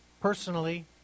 personally